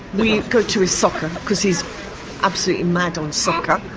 we go to his soccer because he's absolutely mad on soccer,